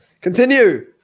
Continue